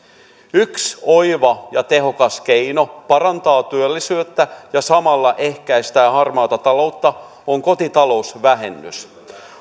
yksi oiva ja tehokas keino parantaa työllisyyttä ja samalla ehkäistä harmaata taloutta on kotitalousvähennys